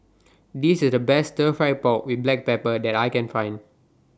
This IS The Best Stir Fried Pork with Black Pepper that I Can Find